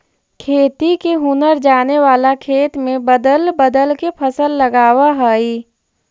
खेती के हुनर जाने वाला खेत में बदल बदल के फसल लगावऽ हइ